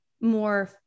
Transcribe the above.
more